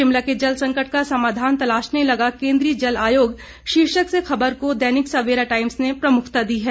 शिमला के जल संकट का समाधान तलाशने लगा केंद्रीय जल आयोग शीर्षक से खबर को दैनिक सवेरा टाइम्स ने प्रमुखता दी है